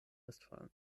westfalen